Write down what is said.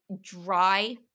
dry